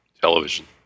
television